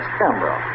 camera